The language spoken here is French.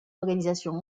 organisation